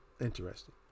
Interesting